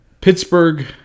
Pittsburgh